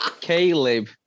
Caleb